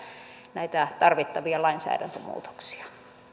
näitä tarvittavia lainsäädäntömuutoksia